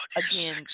again